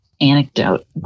anecdote